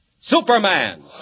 Superman